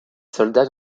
soldats